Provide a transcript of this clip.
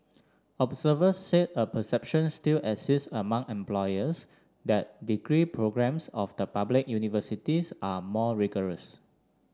observers said a perception still exists among employers that degree programmes of the public universities are more rigorous